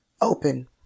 open